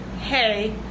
hey